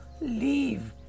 leave